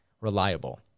reliable